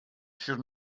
should